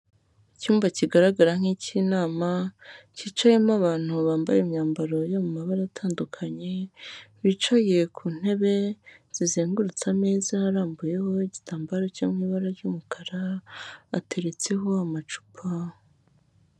Icyumba kigaragara nk'icy'inama cyicayemo abantu bambaye imyambaro yo mu mabara atandukanye, bicaye ku ntebe zizengurutse ameza arambuyeho igitambaro cyo mu ibara ry'umukara ateretseho amacupa.